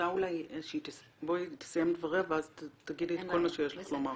היא תסיים את דבריה ואז תגידי את כל מה שיש לך לומר,